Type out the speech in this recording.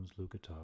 Lukatov